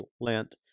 Lent